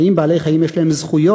האם בעלי-חיים יש להם זכויות,